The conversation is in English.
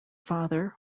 father